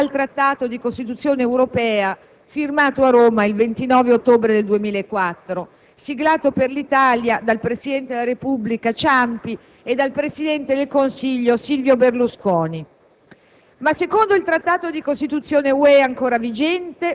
il processo di adesione dei 25 Stati membri al Trattato di Costituzione europea firmato a Roma il 29 ottobre 2004, siglato per l'Italia dal presidente della Repubblica Ciampi e dal presidente del Consiglio Silvio Berlusconi.